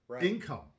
income